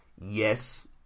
Yes